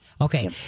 Okay